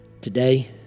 today